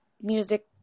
music